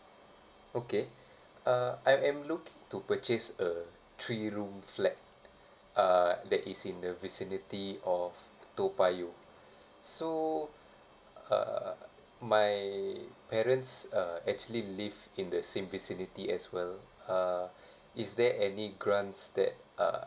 okay uh I am looking to purchase a three room flat uh that is in the vicinity of toa payoh so uh my parents uh actually live in the same vicinity as well uh is there any grants that uh